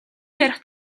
ярих